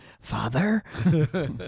father